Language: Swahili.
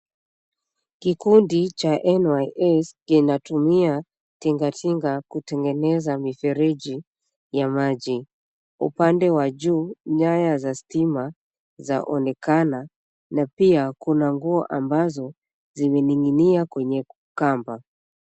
Kikundi cha NYS kinatumia tingatinga kutengeneza mifereji ya maji. Upande wa juu nyaya za stima zaonekana, na pia kuna nguo ambazo zimening'inia kwenye kamba.